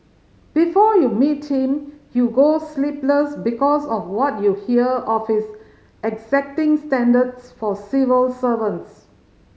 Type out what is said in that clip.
before you meet him you go sleepless because of what you hear of his exacting standards for civil servants